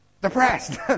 depressed